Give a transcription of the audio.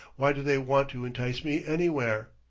why do they want to entice me anywhere?